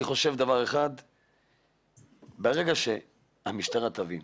אני חושב שברגע שהמשטרה תבין